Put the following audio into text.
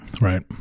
Right